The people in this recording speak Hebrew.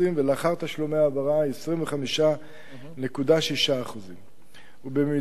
ולאחר תשלומי העברה היא 25.6%. במידה